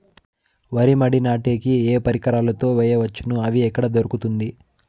వరి మడి నాటే కి ఏ పరికరాలు తో వేయవచ్చును అవి ఎక్కడ దొరుకుతుంది?